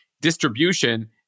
distribution